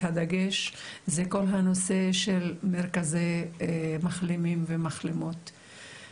הדגש זה כל הנושא של מרכזי מחלימים ומחלימות.